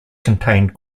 contained